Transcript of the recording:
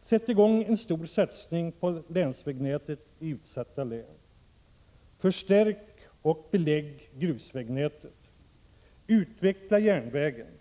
Sätt i gång en stor satsning på länsvägnätet i utsatta län. Förstärk och belägg grusvägnätet. Utveckla järnvägen.